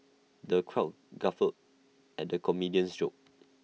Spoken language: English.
the crowd guffawed at the comedian's jokes